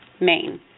Maine